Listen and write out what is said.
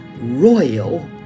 royal